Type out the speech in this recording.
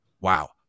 wow